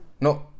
No